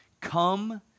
come